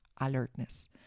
Alertness